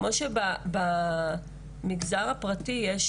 זה כמו שבמגזר הפרטי יש